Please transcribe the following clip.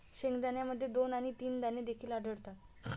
शेंगदाण्यामध्ये दोन आणि तीन दाणे देखील आढळतात